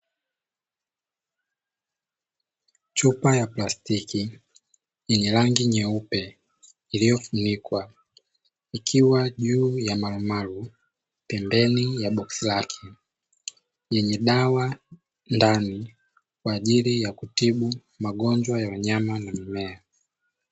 Chupa ya plastiki yenye rangi nyeupe iliyofunikwa ikiwa juu ya marumaru pembeni ya boksi lake, yenye dawa ndani kwa ajili ya kutibu magonjwa ya wanyama na mimea